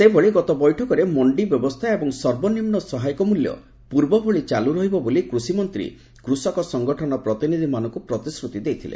ସେହିଭଳି ଗତ ବୈଠକରେ ମଣ୍ଡି ବ୍ୟବସ୍ଥା ଏବଂ ସର୍ବନିମ୍ବ ସହାୟକ ମୂଲ୍ୟ ପୂର୍ବଭଳି ଚାଲୁ ରହିବ ବୋଲି କୃଷିମନ୍ତ୍ରୀ କୃଷକ ସଙ୍ଗଠନ ପ୍ରତିନିଧ୍ୟମାନଙ୍କୁ ପ୍ରତିଶ୍ରୁତି ଦେଇଥିଲେ